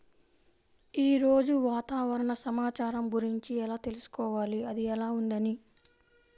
ఈరోజు వాతావరణ సమాచారం గురించి ఎలా తెలుసుకోవాలి అది ఎలా ఉంది అని?